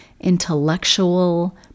intellectual